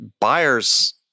buyers